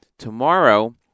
Tomorrow